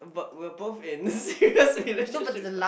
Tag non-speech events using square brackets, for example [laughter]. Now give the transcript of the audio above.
but we're both in s~ serious [laughs] relationships